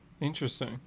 Interesting